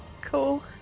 Cool